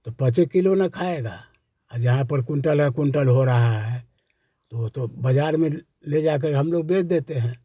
तो पाँच ही किलो ना खाएगा और जहाँ पर कुंटल है कुंटल हो रहा है तो वह तो बाज़ार में ले जा कर हम लोग बेच देते हैं